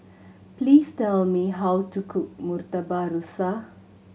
please tell me how to cook Murtabak Rusa